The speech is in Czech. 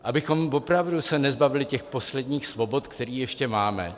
Abychom se opravdu nezbavili těch posledních svobod, které ještě máme.